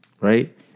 Right